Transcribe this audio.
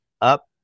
up